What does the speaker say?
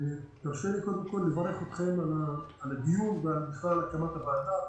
תרשה לי קודם כול לברך אתכם על הדיון ובכלל על הקמת הוועדה.